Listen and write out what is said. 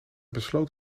besloot